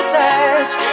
touch